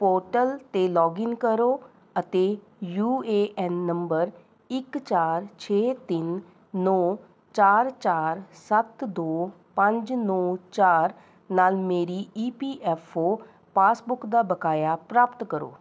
portal 'ਤੇ login ਕਰੋ ਅਤੇ ਯੂ ਏ ਐੱਨ ਨੰਬਰ ਇੱਕ ਚਾਰ ਛੇ ਤਿੰਨ ਨੌਂ ਚਾਰ ਚਾਰ ਸੱਤ ਦੋ ਪੰਜ ਨੌਂ ਚਾਰ ਨਾਲ ਮੇਰੀ E P F O passbook ਦਾ ਬਕਾਇਆ ਪ੍ਰਾਪਤ ਕਰੋ